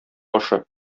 башы